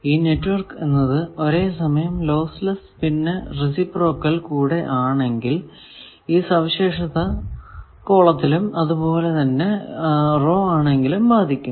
ഈ നെറ്റ്വർക്ക് എന്നത് ഒരേ സമയം ലോസ് ലെസ്സ് പിന്നെ റേസിപ്രോക്കൽ കൂടെ ആണെങ്കിൽ ഈ സവിശേഷത കോളത്തിനും അതുപോലെ തന്നെ റോ ആണെങ്കിലും ബാധിക്കും